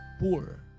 poor